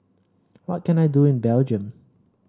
what can I do in Belgium